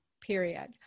period